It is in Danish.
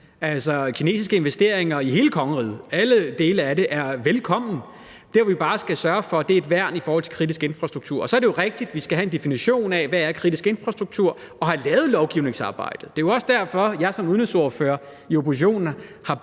Altså, kinesiske investeringer i hele kongeriget – alle dele af det – er velkomne. Det, vi bare skal sørge for at have, er et værn i forhold til kritisk infrastruktur. Og så er det jo rigtigt, at vi skal have en definition af, hvad kritisk infrastruktur er, og vi skal have lavet lovgivningsarbejdet. Det er jo også derfor, at jeg som udenrigsordfører i oppositionen i